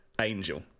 angel